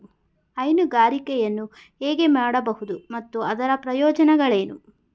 ಹೈನುಗಾರಿಕೆಯನ್ನು ಹೇಗೆ ಮಾಡಬಹುದು ಮತ್ತು ಅದರ ಪ್ರಯೋಜನಗಳೇನು?